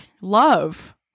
love